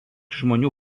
žmonių